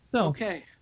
okay